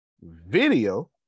video